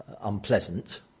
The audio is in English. unpleasant